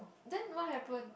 then what happen